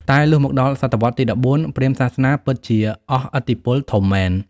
តែលុះមកដល់សតវត្សរ៍ទី ១៤ ព្រាហ្មណ៍សាសនាពិតជាអស់ឥទ្ធិពលធំមែន។